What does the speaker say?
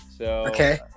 Okay